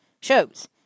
shows